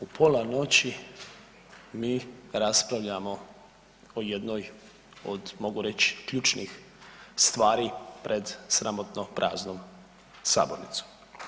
U pola noći mi raspravljamo o jednoj od mogu reć ključnih stvari pred sramotno praznom sabornicom.